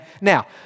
Now